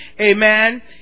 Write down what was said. Amen